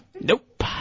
Nope